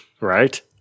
right